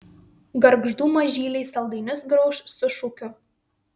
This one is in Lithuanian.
gargždų mažyliai saldainius grauš su šūkiu